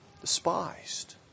Despised